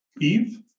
Eve